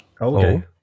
okay